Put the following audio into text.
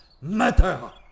matter